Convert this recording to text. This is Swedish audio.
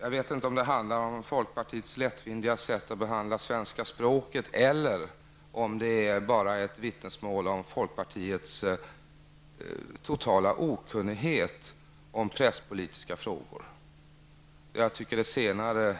Jag vet inte om det handlar om folkpartiets lättvindiga sätt att behandla svenska språket eller om det handlar om ett vittnesmål om folkpartiets totala okunnighet om presspolitiska frågor. Jag tycker att det senare